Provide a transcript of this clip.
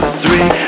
three